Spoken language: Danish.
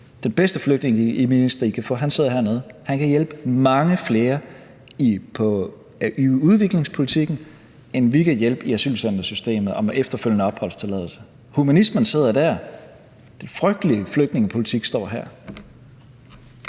Den bedste flygtningeminister, I kan få, sidder hernede. Han kan hjælpe mange flere i udviklingspolitikken, end vi kan hjælpe i asylcentersystemet og med efterfølgende opholdstilladelse. Humanismen sidder dér, det frygtelige i flygtningepolitik står her.